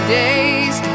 days